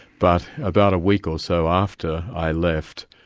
but about a week or so after i left,